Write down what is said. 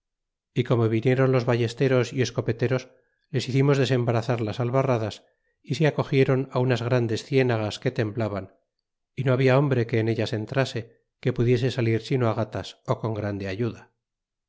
y como vinieron los ballesteros y escopeteros les hicimos desembarazar las albarradas y se acogieron unas grandes cienagas que temblaban y no habla hombre que en ellas entrase que pudiese salir sino gatas ó con grande ayuda